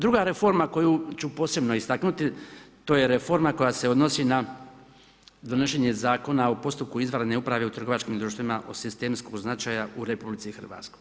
Druga reforma koju ću posebno istaknuti to je reforma koje se odnosi na donošenje Zakona o postupku izvanredne uprave u trgovačkim društvima od sistemskog značaja u RH.